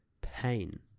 pain